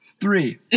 Three